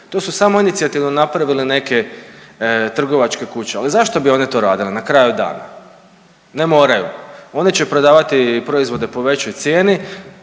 To su samoinicijativno napravile neke trgovačke kuće, ali zašto bi oni to radili na kraju dana? Ne moraju. Oni će prodavati proizvode po većoj cijeni